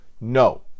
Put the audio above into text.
No